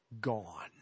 gone